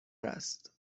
است